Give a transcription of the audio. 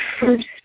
first